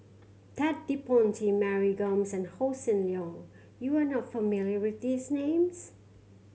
Ted De Ponti Mary Gomes and Hossan Leong you are not familiar with these names